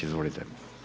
Izvolite.